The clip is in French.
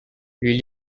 lui